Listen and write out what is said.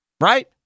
right